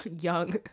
young